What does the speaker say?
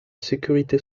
sécurité